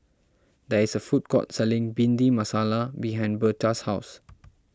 there is a food court selling Bhindi Masala behind Berta's house